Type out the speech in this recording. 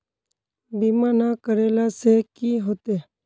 बीमा ना करेला से की होते?